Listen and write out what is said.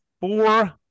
four